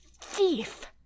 Thief